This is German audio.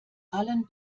allen